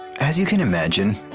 as you can imagine,